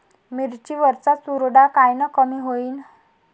मिरची वरचा चुरडा कायनं कमी होईन?